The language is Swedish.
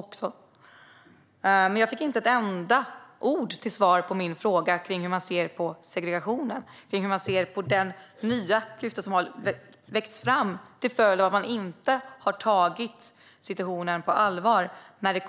Jag fick dock inte ett enda ord till svar på min fråga om hur ni ser på segregationen och på de nya klyftor som har vuxit fram till följd av att situationen inte har tagits på allvar. Personer